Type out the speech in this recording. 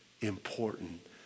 important